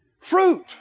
fruit